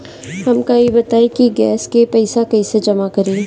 हमका ई बताई कि गैस के पइसा कईसे जमा करी?